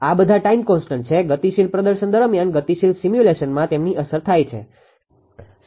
આ બધા time constant છે ગતિશીલ પ્રદર્શન દરમિયાન ગતિશીલ સિમ્યુલેશનમાં તેમની અસર થાય છે